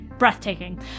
breathtaking